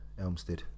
Elmstead